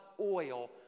oil